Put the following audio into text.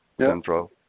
central